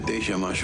בעיקרון